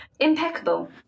Impeccable